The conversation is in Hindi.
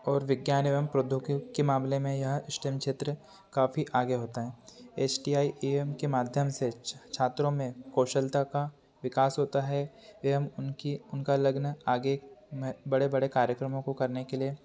और विज्ञान एवं प्रोद्योगिकी के मामले में यह स्टेम क्षेत्र काफी आगे होता है H T I A M के माध्यम से छात्रों में कौशलता का विकास होता है एवं उनकी उनका लगना आगे में बड़े बड़े कार्यक्रमों को करने के लिए